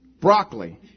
Broccoli